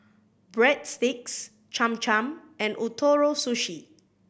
Breadsticks Cham Cham and Ootoro Sushi